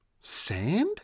Sand